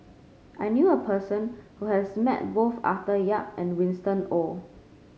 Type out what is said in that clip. I knew a person who has met both Arthur Yap and Winston Oh